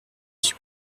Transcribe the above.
suis